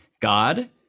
God